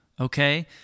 Okay